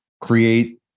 create